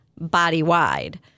body-wide